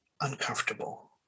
uncomfortable